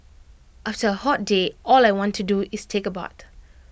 after A hot day all I want to do is take A bath